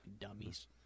dummies